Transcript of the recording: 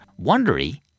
Wondery